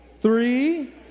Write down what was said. three